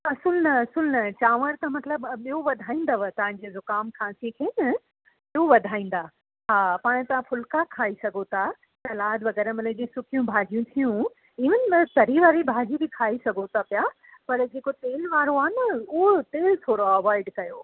त असुल न असुल न चांवर त मतिलबु अ ॿियो वधाईंदव तव्हांजे ज़ुखाम खांसी खे न ॿियो वधाईंदा हा पाण तव्हां फुल्का खाई सघो था सलाद वग़ैरह माने जीअं सुकियूं भाॼियूं थियूं इवन माना तरी वारी भाॼियूं बि खाई सघो था पिया पर जेको तेल वारो आहे न उहो तेल थोरो अवॉइड कयो